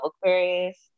Aquarius